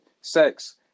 sex